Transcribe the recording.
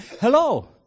hello